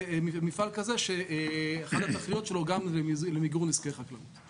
מפעל כזה שאחת התכליות שלו הוא גם למיגור נזקי חקלאות.